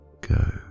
go